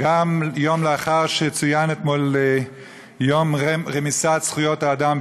גם יום לאחר שצוין יום רמיסת זכויות האדם,